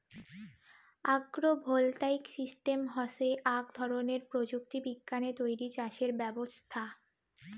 agro voltaic system হসে আক ধরণের প্রযুক্তি বিজ্ঞানে তৈরী চাষের ব্যবছস্থা